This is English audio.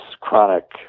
chronic